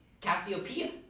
Cassiopeia